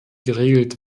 geregelt